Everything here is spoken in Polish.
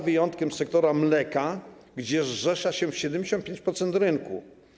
Wyjątkiem jest sektor mleka, gdzie zrzesza się 75% rynku.